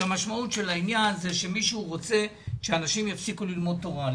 המשמעות של העניין זה שמישהו רוצה שאנשים יפסיקו ללמוד תורה,